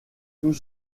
tout